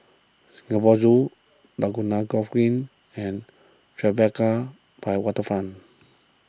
Singapore Zoo Laguna Golf Green and Tribeca by Waterfront